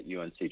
UNC